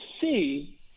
see